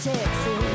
Texas